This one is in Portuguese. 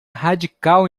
radical